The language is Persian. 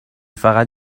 فقط